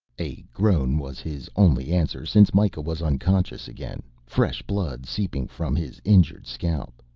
a groan was his only answer since mikah was unconscious again, fresh blood seeping from his injured scalp.